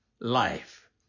life